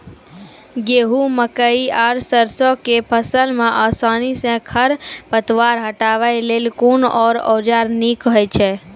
गेहूँ, मकई आर सरसो के फसल मे आसानी सॅ खर पतवार हटावै लेल कून औजार नीक है छै?